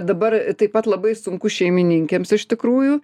dabar taip pat labai sunku šeimininkėms iš tikrųjų